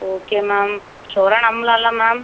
okay ma'am ஸுயோராக நம்பலாம்ல ma'am